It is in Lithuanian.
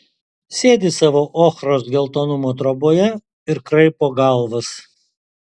sėdi savo ochros geltonumo troboje ir kraipo galvas